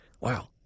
wow